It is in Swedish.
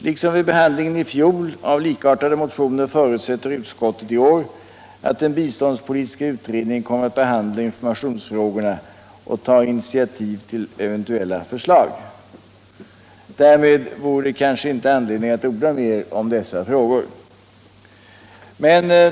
Liksom vid behandlingen i fjol av likartade motioner förutsätter utskottet i år att den biståndspolitiska utredningen kommer att behandla informationsfrågorna och ta initiativ till eventuella förslag. Därmed vore det kanske inte anledning att orda mer om dessa frågor.